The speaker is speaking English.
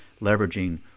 leveraging